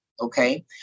okay